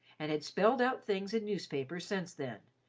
and had spelled out things in newspapers since then,